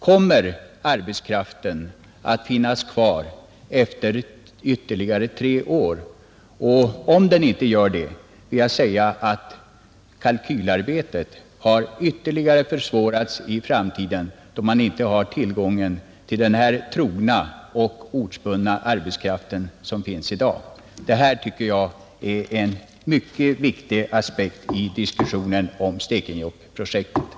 Kommer arbetskraften att finnas kvar efter ytterligare tre år? Om den inte gör det har kalkylarbetet ytterligare försvårats i framtiden då man inte har tillgång till den här trogna, ortsbundna arbetskraften som finns i dag. Det här är en mycket viktig aspekt i diskussionen om Stekenjokkprojektet.